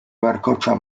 warkocza